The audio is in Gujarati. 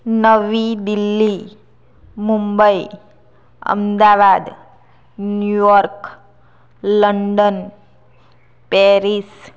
નવી Delhi Mumbai Ahmedabad New York London Paris